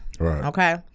okay